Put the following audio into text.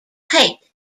height